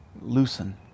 loosen